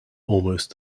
almost